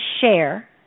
share